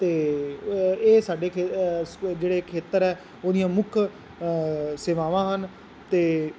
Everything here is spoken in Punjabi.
ਅਤੇ ਇਹ ਸਾਡੇ ਇੱਥੇ ਜਿਹੜੇ ਖੇਤਰ ਹੈ ਉਹਦੀਆਂ ਮੁੱਖ ਸੇਵਾਵਾਂ ਹਨ ਅਤੇ